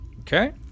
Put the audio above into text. Okay